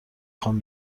خوام